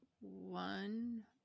one